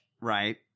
right